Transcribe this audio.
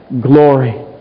glory